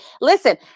Listen